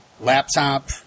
laptop